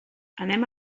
anem